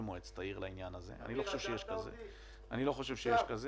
במועצת העיר לעניין הזה אני לא חושב שיש כזה